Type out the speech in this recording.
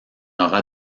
aura